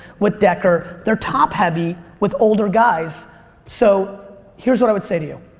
with decker, they're top heavy with older guys so here's what i would say to you.